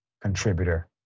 contributor